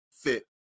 fit